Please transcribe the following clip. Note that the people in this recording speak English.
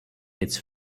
its